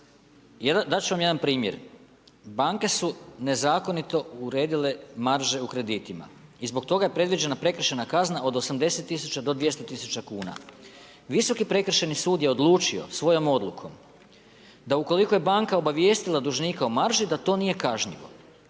Dat ću vam jedan primjer. Banke su nezakonito uredile marže u kreditima. I zbog toga je predviđena prekršajna kazna od 80 000 do 200 000 kuna. Visoki prekršajni sud je odlučio svojom odlukom da ukoliko je banka obavijestila dužnika u marži, da to nije kažnjivo.